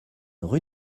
rue